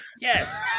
yes